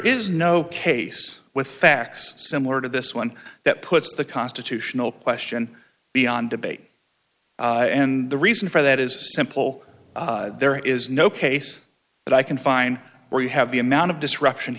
is no case with facts similar to this one that puts the constitutional question beyond debate and the reason for that is simple there is no case that i can find where you have the amount of disruption